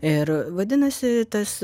ir vadinasi tas